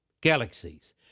galaxies